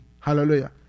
Hallelujah